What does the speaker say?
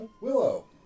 Willow